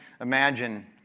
imagine